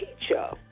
teacher